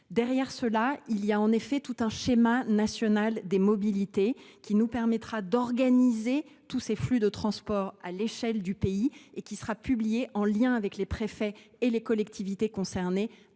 Cet engagement repose sur un schéma national des mobilités, qui nous permettra d’organiser tous ces flux de transport à l’échelle du pays ; il sera publié, en lien avec les préfets et les collectivités concernées,